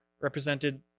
represented